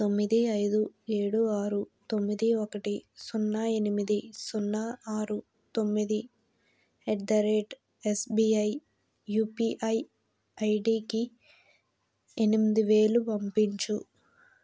తొమ్మిది ఐదు ఏడు ఆరు తొమ్మిది ఒకటి సున్నా ఎనిమిది సున్నా ఆరు తొమ్మిది at the rate SBI UPI ఐడికి ఎనిమిది వేలు పంపించు